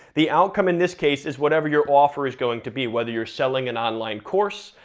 the outcome in this case is whatever your offer is going to be, whether you're selling an online course,